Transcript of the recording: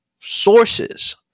sources